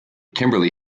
kimberly